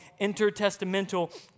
intertestamental